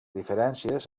diferències